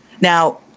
Now